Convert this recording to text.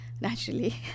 naturally